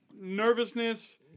nervousness